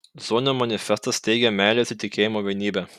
zonio manifestas teigia meilės ir tikėjimo vienybę